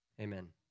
Amen